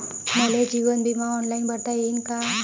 मले जीवन बिमा ऑनलाईन भरता येईन का?